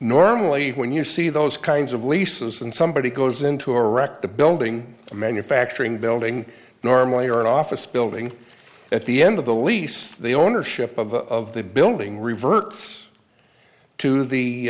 normally when you see those kinds of lisas and somebody goes into a wrecked the building a manufacturing building normally or an office building at the end of the lease the ownership of the building reverts to the